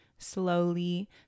Slowly